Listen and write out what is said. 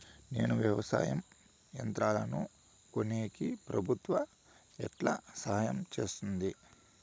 నేను వ్యవసాయం యంత్రాలను కొనేకి ప్రభుత్వ ఎట్లా సహాయం చేస్తుంది?